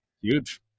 Huge